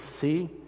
see